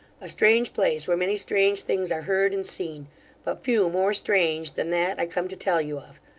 a strange place, where many strange things are heard and seen but few more strange than that i come to tell you of.